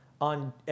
on